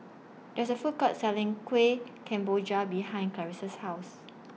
There IS A Food Court Selling Kueh Kemboja behind Clarisa's House